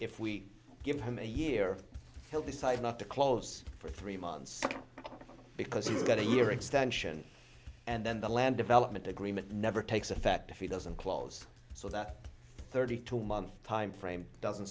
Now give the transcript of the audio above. if we give him a year he'll decide not to close for three months because he's got a year extension and then the land development agreement never takes effect if he doesn't close so that thirty two month timeframe doesn't